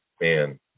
man